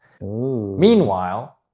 Meanwhile